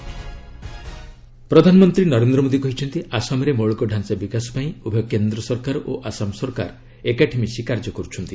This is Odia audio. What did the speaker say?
ପିଏମ୍ ଆସାମ ପ୍ରଧାନମନ୍ତ୍ରୀ ନରେନ୍ଦ୍ର ମୋଦୀ କହିଛନ୍ତି ଆସାମରେ ମୌଳିକ ଢାଞ୍ଚା ବିକାଶ ପାଇଁ ଉଭୟ କେନ୍ଦ୍ର ସରକାର ଓ ଆସାମ ସରକାର ଏକାଠି ମିଶି କାର୍ଯ୍ୟ କରୁଛନ୍ତି